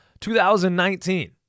2019